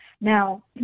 now